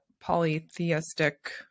polytheistic